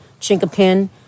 Chinkapin